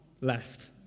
left